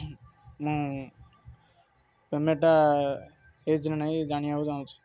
ମୁଁ ପେମେଣ୍ଟଟା ହେଇଛି ନା ନାହିଁ ଜାଣିବାକୁ ଚାହୁଁଛି